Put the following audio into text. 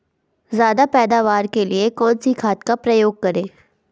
ज्यादा पैदावार के लिए कौन सी खाद का प्रयोग करें?